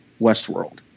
Westworld